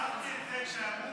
בבקשה.